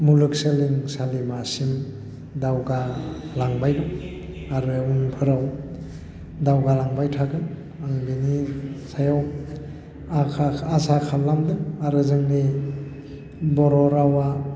मुलुग सोलोंसालिमासिम दावगा लांबाय आरो उनफोराव दावगा लांबाय थागोन आं बेनि सायाव आसा खालामदों आरो जोंनि बर' रावा